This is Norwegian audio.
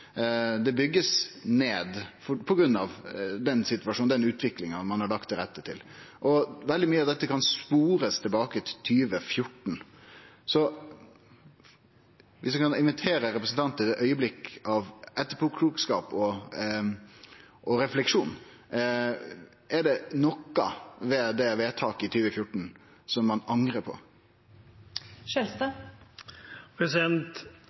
ned på grunn av den situasjonen og den utviklinga ein har lagt til rette for. Veldig mykje av dette kan ein spore tilbake til 2014. Om eg kan invitere representanten til eit augeblikk av etterpåklokskap og refleksjon: Er det noko ved det vedtaket i 2014 som ein